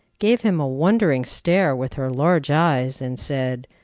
gave him a wondering stare with her large eyes, and said,